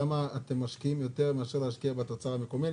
למה אתם משקיעים יותר בהייטק מאשר בתוצר המקומי.